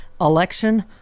election